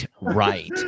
right